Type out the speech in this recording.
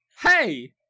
Hey